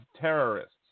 terrorists